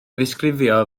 ddisgrifio